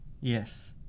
yes